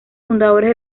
fundadores